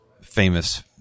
famous